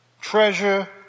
Treasure